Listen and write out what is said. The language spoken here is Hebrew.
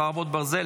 חרבות ברזל),